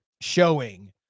showing